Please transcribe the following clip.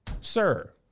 Sir